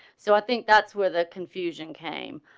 so i think that's where the confusion came.